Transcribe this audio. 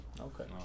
Okay